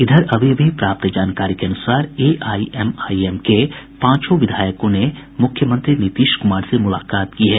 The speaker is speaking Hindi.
इधर अभी अभी प्राप्त जानकारी के अनुसार एआईएमएम के पांचों विधायक ने मुख्यमंत्री नीतीश कुमार से मुलाकात की है